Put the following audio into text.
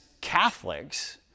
Catholics